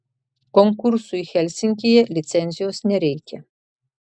konkursui helsinkyje licencijos nereikia